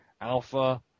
Alpha